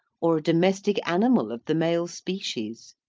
or a domestic animal of the male species.